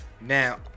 Now